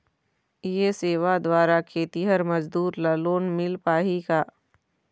ये सेवा द्वारा खेतीहर मजदूर ला लोन मिल पाही का?